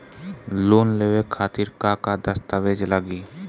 Loan लेवे खातिर का का दस्तावेज लागी?